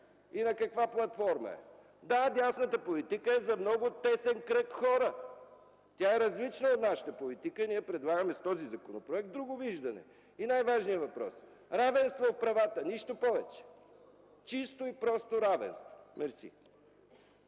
и на каква платформа е. Да, дясната политика е за много тесен кръг хора. Тя е различна от нашата политика и ние предлагаме с този законопроект друго виждане. И най-важният въпрос – равенство в правата, нищо повече. Чисто и просто, равенство! Мерси.